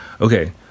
Okay